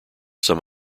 some